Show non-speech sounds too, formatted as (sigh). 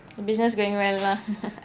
the business going well lah (laughs)